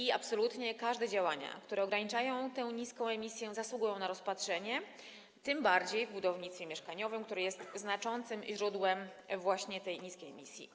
I absolutnie każde propozycje działań, które ograniczają tę niską emisję, zasługują na rozpatrzenie, tym bardziej w budownictwie mieszkaniowym, które jest znaczącym źródłem właśnie tej niskiej emisji.